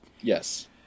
Yes